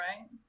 right